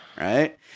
right